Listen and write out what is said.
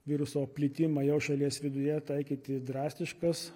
viruso plitimą jo šalies viduje taikyti drastiškas